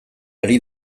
ari